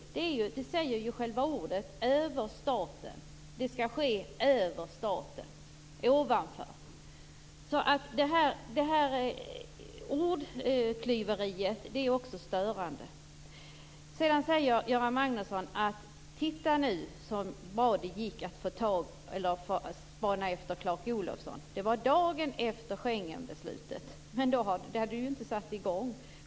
Det säger ju själva ordet överstatlig. Det skall ske över staten. Det här ordklyveriet är störande. Sedan säger Göran Magnusson: Titta så bra det gick att spana efter Clark Olofsson. Det var dagen efter Schengenbeslutet. Men då hade det ju inte satt i gång.